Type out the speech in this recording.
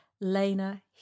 Lena